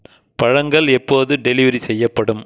பழங்கள் எப்போது டெலிவரி செய்யப்படும்